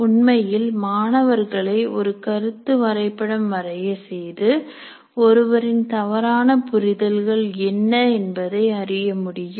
உண்மையில் மாணவர்களை ஒரு கருத்து வரைபடம் வரைய செய்து ஒருவரின் தவறான புரிதல்கள் என்ன என்பதை அறிய முடியும்